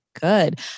good